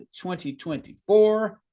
2024